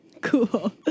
Cool